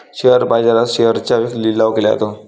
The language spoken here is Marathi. शेअर बाजारात शेअर्सचा लिलाव केला जातो